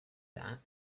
that